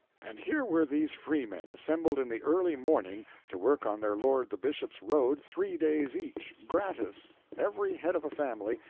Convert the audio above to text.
and here were these freemen assembled in the early morning to work on their lord the bishop's road three days each gratis every head of a family,